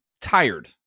tired